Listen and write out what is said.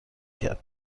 کرد